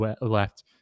left